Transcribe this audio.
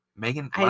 Megan